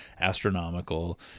astronomical